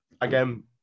again